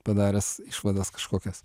padaręs išvadas kažkokias